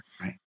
right